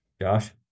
Josh